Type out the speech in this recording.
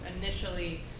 initially